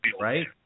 right